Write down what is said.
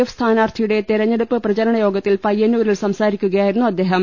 F സ്ഥാനാർത്ഥിയുടെ തെരഞ്ഞെടുപ്പ് പ്രചരണയോഗത്തിൽ പയ്യന്നൂരിൽ സംസാരിക്കുകയായിരുന്നു അദ്ദേഹം